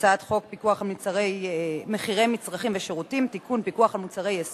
31. אני קובעת שהצעת חוק תעריף מים מופחת בשל מצב רפואי (תיקוני חקיקה),